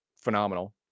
phenomenal